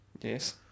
Yes